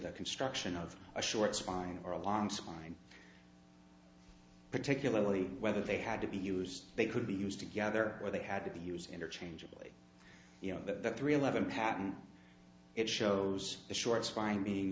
the construction of a short spine or a long spine particularly whether they had to be used they could be used together or they had to be used interchangeably you know the three eleven patent it shows the short spine being